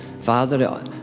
Father